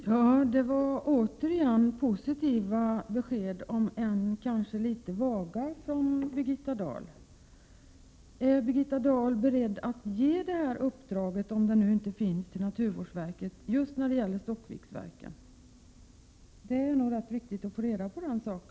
Fru talman! Det var återigen positiva besked, om än kanske litet vaga, från Birgitta Dahl. Är Birgitta Dahl beredd att ge ett uppdrag till naturvårdsverket, om det nu inte finns, när det gäller Stockviksverken? Det är rätt viktigt att få reda på det.